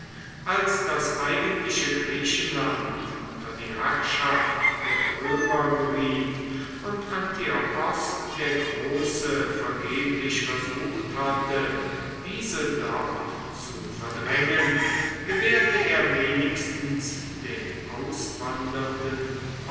als das eigentliche griechenland unter die herrschaft der römer geriet und antiochos der große vergeblich versucht hatte diese dort zu verdrängen gewährte er wenigstens den auswandernden